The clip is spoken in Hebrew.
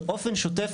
באופן שוטף,